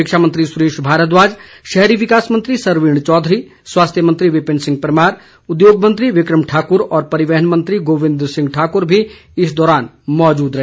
शिक्षा मंत्री सुरेश भारद्वाज शहरी विकास मंत्री सरवीण चौधरी स्वास्थ्य मंत्री विपिन परमार उद्योग मंत्री विक्रम ठाकुर और परिवहन मंत्री गोविंद ठाकुर भी इस दौरान मौजूद रहे